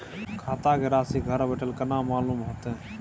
खाता के राशि घर बेठल केना मालूम होते?